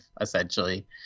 essentially